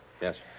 Yes